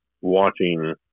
watching